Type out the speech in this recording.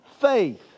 faith